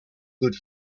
good